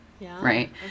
right